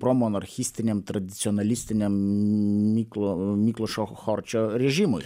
promonarchistiniam tradicionalistiniam miklo miklošo chorčio režimui